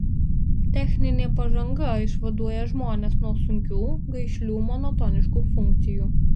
techninė pažanga išvaduoja žmones nuo sunkių gaišlių monotoniškų funkcijų